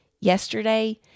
yesterday